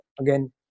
again